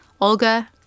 Olga